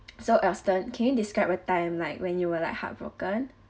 so aston can you describe a time like when you were like heartbroken